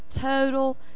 total